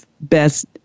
best